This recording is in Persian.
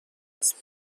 دست